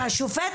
שהשופט,